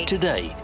Today